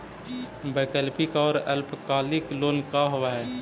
वैकल्पिक और अल्पकालिक लोन का होव हइ?